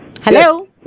Hello